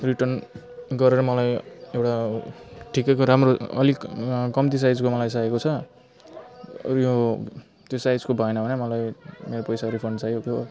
return गरेर मलाई एउटा ठिकैको राम्रो अलिक कम्ती साइजको मलाई चाहिएको छ उयो त्यो साइजको भएन भने मलाई मेरो पैसा रिफन्ड चाहिएको थियो